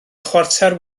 chwarter